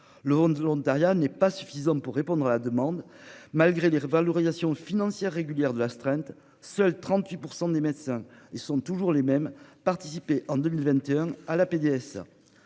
11 volontariat n'est pas suffisante pour répondre à la demande malgré les revalorisations financières régulières de l'astreinte. Seuls 38% des médecins, ils sont toujours les mêmes participé en 2021 à la PDS.